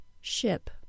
ship